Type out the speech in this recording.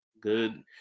Good